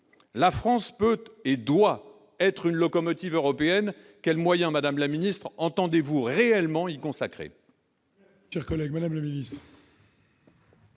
La France peut, et doit, être une locomotive européenne. Quels moyens, madame la secrétaire d'État, entendez-vous réellement y consacrer ?